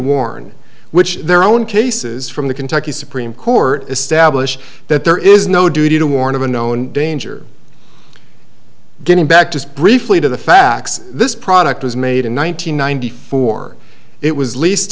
warn which their own cases from the kentucky supreme court establish that there is no duty to warn of a known danger getting back to briefly to the facts this product was made in one nine hundred ninety four it was least